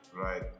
Right